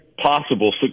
possible